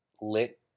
lit